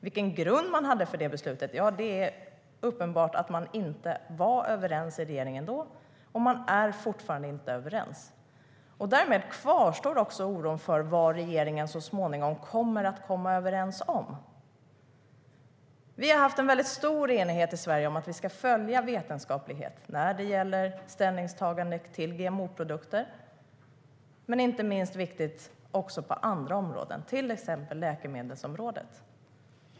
När det gäller grunden för det beslutet är det uppenbart att man inte var överens i regeringen, och man är fortfarande inte överens. Därmed kvarstår oron för vad regeringen så småningom kommer att komma överens om. Vi har i Sverige haft stor enighet om att vi ska följa vetenskap och beprövad erfarenhet när det gäller ställningstagandet till GMO-produkter men också på andra områden, vilket är minst lika viktigt, till exempel läkemedelsområdet.